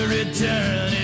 return